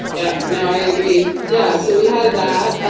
yep. no, i agree. yeah. so we had that.